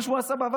מה שהוא עשה בעבר,